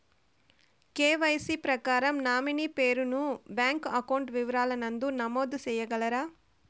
KYC ప్రకారం nominee పేరు ను బ్యాంకు అకౌంట్ వివరాల నందు నమోదు సేయగలరా?